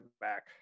back